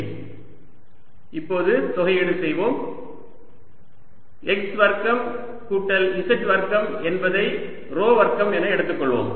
Vr L2L2λdy4π0|r yy| Vxyz4π0 L2L2dyx2z2y y2 இப்போது தொகையீடு செய்வோம் x வர்க்கம் கூட்டல் z வர்க்கம் என்பதை ρ வர்க்கம் என எடுத்துக் கொள்வோம்